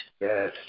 Yes